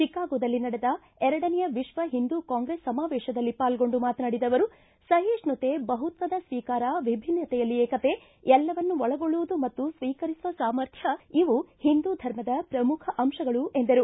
ಚಿಕಾಗೋದಲ್ಲಿ ನಡೆದ ಎರಡನೇ ವಿಶ್ವ ಹಿಂದೂ ಕಾಂಗ್ರೆಸ್ ಸಮಾವೇಶದಲ್ಲಿ ಪಾಲ್ಗೊಂಡು ಮಾತನಾಡಿದ ಅವರು ಸಹಿಷ್ಟುತೆ ಬಹುತ್ವದ ಸ್ವೀಕಾರ ವಿಭಿನ್ನತೆಯಲ್ಲಿ ಏಕತೆ ಎಲ್ಲವನ್ನು ಒಳಗೊಳ್ಳುವುದು ಮತ್ತು ಸ್ವೀಕರಿಸುವ ಸಾಮರ್ಥ್ಯ ಇವು ಹಿಂದೂ ಧರ್ಮದ ಪ್ರಮುಖ ಅಂಶಗಳು ಎಂದರು